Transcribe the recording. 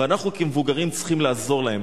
ואנחנו כמבוגרים צריכים לעזור להם.